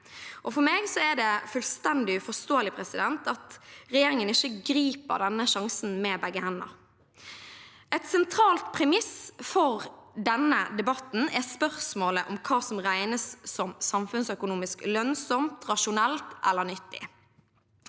For meg er det fullstendig uforståelig at regjeringen ikke griper denne sjansen med begge hender. Et sentralt premiss for denne debatten er spørsmålet om hva som regnes som samfunnsøkonomisk lønnsomt, rasjonelt eller nyttig.